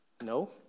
No